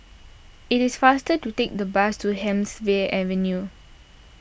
it is faster to take the bus to Hemsley Avenue